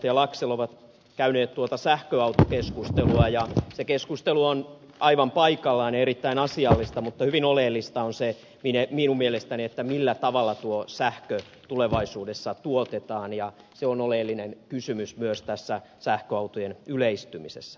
laxell ovat käyneet sähköautokeskustelua ja se keskustelu on aivan paikallaan ja erittäin asiallista mutta hyvin oleellista on minun mielestäni se millä tavalla tuo sähkö tulevaisuudessa tuotetaan ja se on oleellinen kysymys myös tässä sähköautojen yleistymisessä